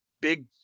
big